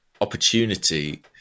opportunity